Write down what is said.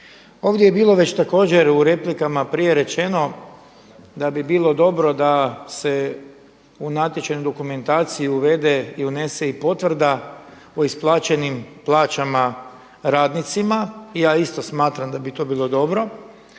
Ovdje je bilo već također u replikama prije rečeno da bi bilo dobro da se u natječajnu dokumentaciju uvede i unese i potvrda o isplaćenim plaćama radnicima. Ja isto smatram da bi to bilo dobro,